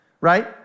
right